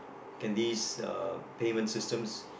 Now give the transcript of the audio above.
can these payments systems